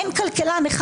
אין כלכלן אחד.